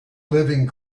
living